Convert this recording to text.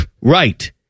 right